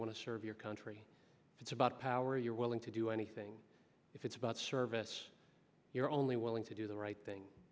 want to serve your country it's about power you're willing to do anything if it's about service you're only willing to do the right thing